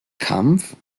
kampf